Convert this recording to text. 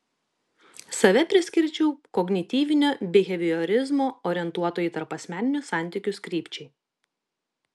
save priskirčiau kognityvinio biheviorizmo orientuoto į tarpasmeninius santykius krypčiai